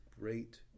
great